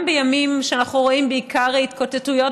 גם בימים שאנחנו רואים בעיקר התקוטטויות